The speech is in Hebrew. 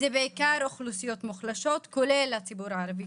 בשביל זה יש עמותות, וכל הכבוד לעמותות.